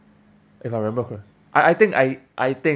if I remember correct I I think I I think